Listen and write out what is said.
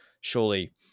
surely